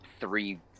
three